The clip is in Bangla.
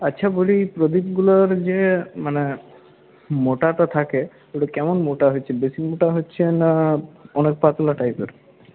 আচ্ছা বলি প্রদীপগুলোর যে মানে মোটা তো থাকে কিন্তু কেমন মোটা হচ্ছে বেশি মোটা হচ্ছে না অনেক পাতলা টাইপের